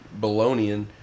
Balonian